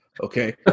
Okay